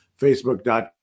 facebook.com